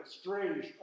strange